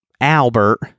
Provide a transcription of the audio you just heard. Albert